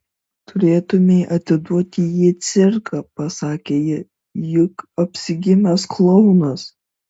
turėtumei atiduoti jį į cirką pasakė ji juk apsigimęs klounas